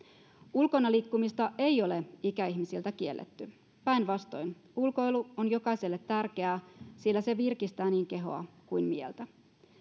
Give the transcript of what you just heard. ulkona liikkumista ei ole ikäihmisiltä kielletty päinvastoin ulkoilu on jokaiselle tärkeää sillä se virkistää niin kehoa kuin mieltä